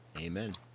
Amen